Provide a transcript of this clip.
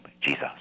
Jesus